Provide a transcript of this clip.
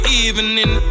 evening